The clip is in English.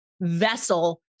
vessel